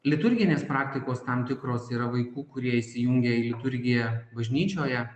liturginės praktikos tam tikros yra vaikų kurie įsijungia į liturgiją bažnyčioje